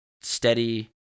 steady